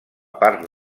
part